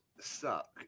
suck